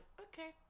okay